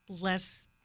less